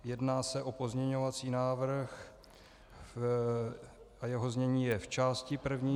Jedná se o pozměňovací návrh a jeho znění je: V části první